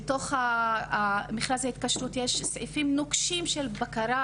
בתוך מכרז ההתקשרות יש סעיפים נוקשים של בקרה